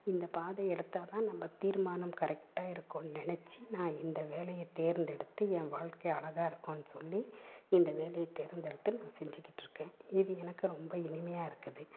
இந்த பாதையை எடுத்தால்தான் நம்ம தீர்மானம் கரெக்டாக இருக்குதுன்னு நினச்சி நான் இந்த வேலையை தேர்ந்தெடுத்து என் வாழ்க்கை அழகாருக்குன்னு சொல்லி இந்த வேலையை தேர்ந்தெடுத்து நான் செஞ்சுக்கிட்டுருக்கேன் இது எனக்கு ரொம்ப இனிமையாக இருக்குது